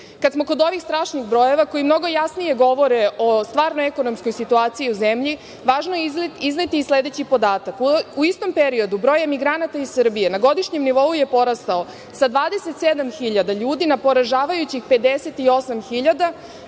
Kad smo kod ovih strašnih brojeva, koji mnogo jasnije govore o stvarnoj ekonomskoj situaciji u zemlji, važno je izneti i sledeći podatak: U istom periodu broj emigranata iz Srbije na godišnjem nivou je porastao sa 27.000 ljudi na poražavajućih 58.000,